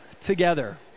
together